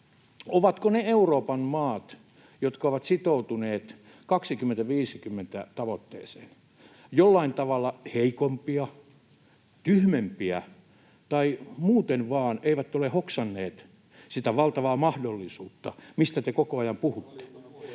Ovatko ne Euroopan maat, jotka ovat sitoutuneet 2050-tavoitteeseen, jollain tavalla heikompia, tyhmempiä tai muuten vaan eivät ole hoksanneet sitä valtavaa mahdollisuutta, mistä te koko ajan puhutte?